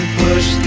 push